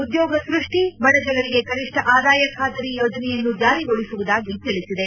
ಉದ್ಲೋಗಸ್ಪಷ್ಟಿ ಬಡಜನರಿಗೆ ಕನಿಷ್ಣ ಆದಾಯ ಬಾತರಿ ಯೋಜನೆಯನ್ನು ಜಾರಿಗೊಳಿಸುವುದಾಗಿ ತಿಳಿಸಿದೆ